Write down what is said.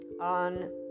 on